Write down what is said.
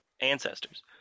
ancestors